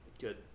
Good